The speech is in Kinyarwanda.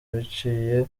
biciye